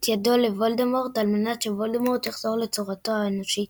ידו לוולדמורט על מנת שוולדמורט יחזור לצורתו האנושית.